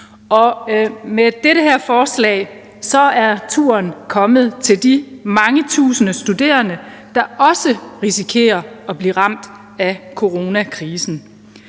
Med dette forslag er turen kommet til de mange tusinde studerende, der også risikerer at blive ramt af coronakrisen.